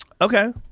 Okay